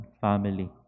family